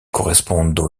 correspondent